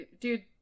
dude